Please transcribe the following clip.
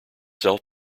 self